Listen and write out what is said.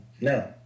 no